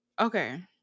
Okay